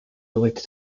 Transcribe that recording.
related